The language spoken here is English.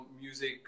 music